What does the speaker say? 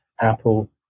apple